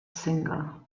singer